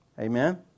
Amen